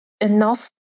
enough